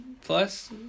plus